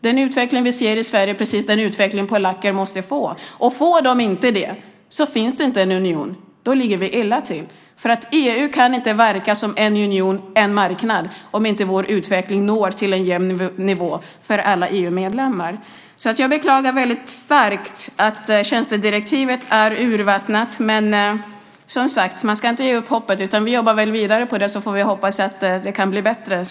Den utveckling vi ser i Sverige är precis den utveckling som polackerna måste få, och om de inte får det så finns det inte någon union. Då ligger vi illa till. EU kan nämligen inte verka som en union, en marknad, om inte utvecklingen når en jämn nivå som gäller alla EU-medlemmar. Jag beklagar därför starkt att tjänstedirektivet är så urvattnat. Men vi ska inte ge upp hoppet, utan vi jobbar vidare på det och hoppas att det så småningom kan bli bättre.